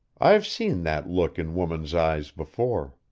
i've seen that look in woman's eyes before.